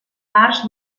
març